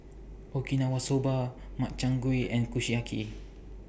Okinawa Soba Makchang Gui and Kushiyaki